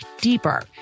deeper